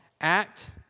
act